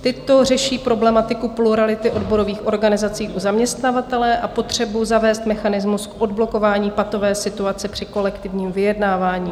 Tyto řeší problematiku plurality odborových organizací u zaměstnavatele a potřebu zavést mechanismus k odblokování patové situace při kolektivním vyjednávání.